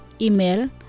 Email